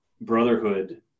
brotherhood